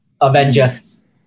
Avengers